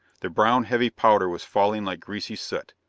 the brown, heavy powder was falling like greasy soot.